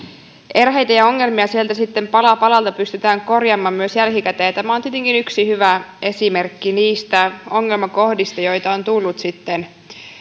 erheitä ja ongelmia siitä sitten pala palalta pystytään korjaamaan myös jälkikäteen ja tämä on tietenkin yksi hyvä esimerkki niistä ongelmakohdista joita on tullut sitten